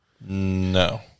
No